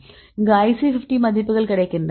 இங்கு IC 50 மதிப்புகள் கிடைக்கின்றன